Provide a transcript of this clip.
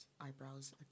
eyebrows